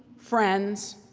friends,